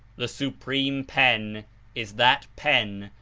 the supreme pen is that pen,